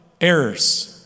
errors